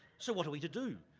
so what are we to do?